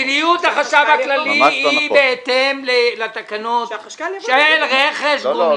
מדיניות החשב הכללי היא בהתאם לתקנות של רכש גומלין.